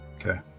Okay